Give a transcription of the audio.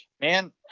Man